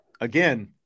again